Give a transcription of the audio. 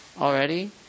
already